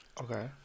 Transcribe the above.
Okay